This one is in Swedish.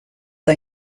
det